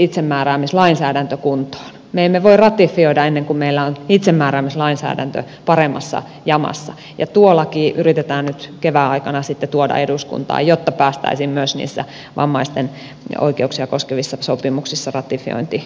me emme voi ratifioida ennen kuin meillä on itsemääräämislainsäädäntö paremmassa jamassa ja tuo laki yritetään nyt kevään aikana sitten tuoda eduskuntaan jotta päästäisiin myös niissä vammaisten oikeuksia koskevissa sopimuksissa ratifiointivaiheeseen